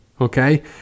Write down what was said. okay